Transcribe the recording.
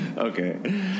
Okay